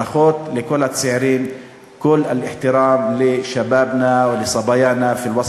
ברכות לכל הצעירים (אומר דברים בשפה הערבית,